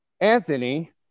Anthony